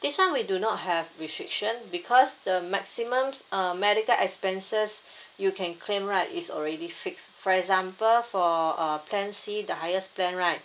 this [one] we do not have restriction because the maximum err medical expenses you can claim right is already fixed for example for uh plan C the highest plan right